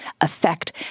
affect